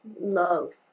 love